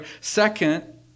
Second